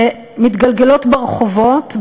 שמתגלגלות ברחובות,